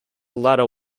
latter